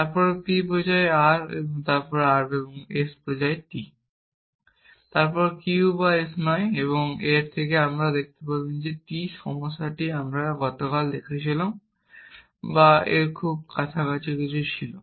তারপর p বোঝায় r তারপর r এবং s বোঝায় t তারপর q বা s নয় এবং এর থেকে আপনাকে দেখাতে হবে t যে সমস্যাটি আমরা গতবার দেখেছিলাম বা এর খুব কাছাকাছি কিছু ছিল